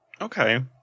Okay